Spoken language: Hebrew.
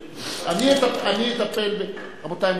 רבותי,